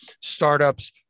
startups